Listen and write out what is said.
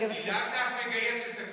היא לאט-לאט מגייסת את כולם.